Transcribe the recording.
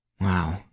Wow